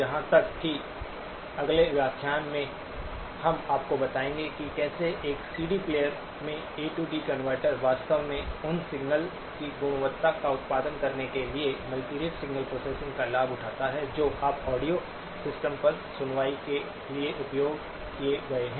यहां तक कि अगले व्याख्यान में हम आपको बताएंगे कि कैसे एक सीडी प्लेयर में A D converter AD converter वास्तव में उन सिग्नल की गुणवत्ता का उत्पादन करने के लिए मल्टीरेट सिग्नल प्रोसेसिंग का लाभ उठाता है जो आप ऑडियो सिस्टम पर सुनवाई के लिए उपयोग किए गए हैं